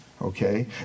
Okay